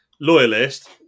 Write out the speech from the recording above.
loyalist